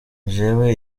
jewe